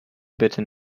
button